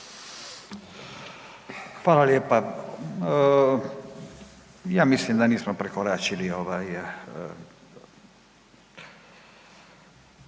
Hvala lijepa. Ja mislim da nismo prekoračili i